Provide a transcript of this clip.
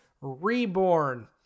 reborn